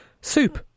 soup